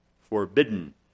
forbidden